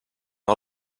all